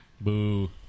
Boo